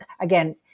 again